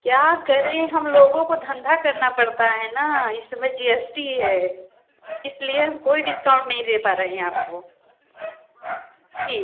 क्या करें हम लोगों को धंधा करना पड़ता है न इस समय जी एस टी है इसलिए हम कोई डिस्काउंट नहीं दे पा रहे हैं आपको ठीक